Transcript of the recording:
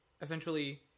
essentially